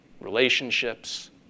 relationships